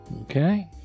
Okay